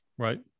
Right